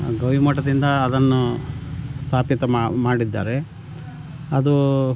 ಗವಿಮಠದಿಂದ ಅದನ್ನು ಸ್ಥಾಪಿತ ಮಾಡಿದ್ದಾರೆ ಅದು